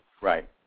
Right